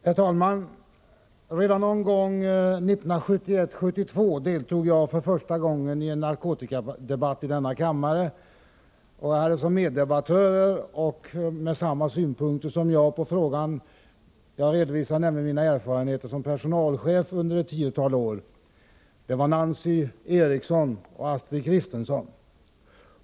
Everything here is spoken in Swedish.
Herr talman! Redan någon gång 1971-1972 deltog jag för första gången i en narkotikadebatt i denna kammare. Jag hade som meddebattörer med samma synpunkter som jag på frågan — jag redovisade nämligen mina erfarenheter som personalchef under ett tiotal år — Nancy Eriksson och Astrid Kristensson.